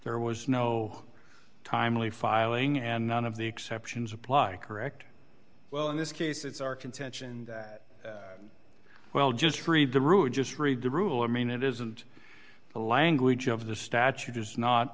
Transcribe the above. there was no timely filing and none of the exceptions apply correct well in this case it's our contention that well just read the rules just read the rule i mean it isn't the language of the statute is not